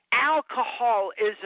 Alcoholism